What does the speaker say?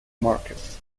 market